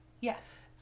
Yes